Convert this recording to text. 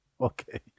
Okay